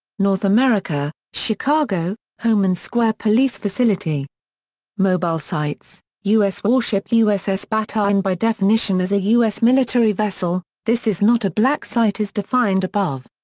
north america chicago, homan square police facility mobile sites u s. warship uss bataan by definition as a u s. military vessel, this is not a black site as defined above.